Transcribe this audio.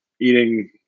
eating